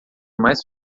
mais